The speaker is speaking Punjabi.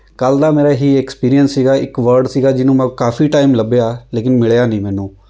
ਕੱਲ੍ਹ ਦਾ ਮੇਰਾ ਇਹੀ ਐਕਸਪੀਰੀਅੰਸ ਸੀਗਾ ਇੱਕ ਵਰਡ ਸੀਗਾ ਜਿਹਨੂੰ ਮੈਂ ਕਾਫੀ ਟਾਈਮ ਲੱਭਿਆ ਲੇਕਿਨ ਮਿਲਿਆ ਨਹੀਂ ਮੈਨੂੰ